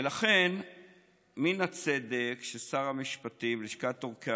ולכן מן הצדק ששר המשפטים ולשכת עורכי